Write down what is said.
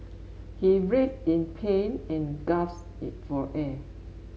he writhed in pain and gasped it for air